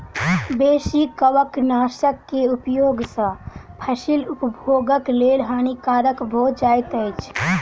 बेसी कवकनाशक के उपयोग सॅ फसील उपभोगक लेल हानिकारक भ जाइत अछि